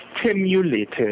stimulated